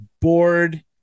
bored